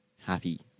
happy